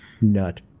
nut